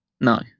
No